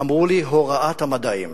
אמרו לי: הוראת המדעים.